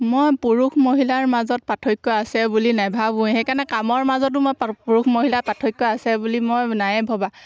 মই পুৰুষ মহিলাৰ মাজত পাৰ্থক্য আছে বুলি নাভাবোঁৱে সেইকাৰণে কামৰ মাজতো মই পুৰুষ মহিলাৰ পাৰ্থক্য আছে বুলি মই নায়ে ভবা